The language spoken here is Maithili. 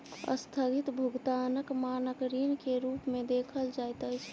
अस्थगित भुगतानक मानक ऋण के रूप में देखल जाइत अछि